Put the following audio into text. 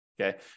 Okay